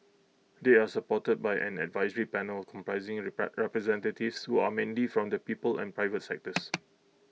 they are supported by an advisory panel comprising repair representatives who are mainly from the people and private sectors